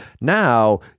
now